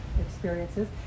experiences